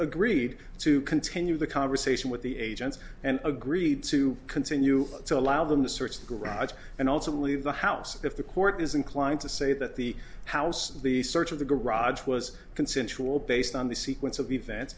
agreed to continue the conversation with the agents and agreed to continue to allow them to search the garage and ultimately the house if the court is inclined to say that the house the search of the garage was consensual based on the sequence of event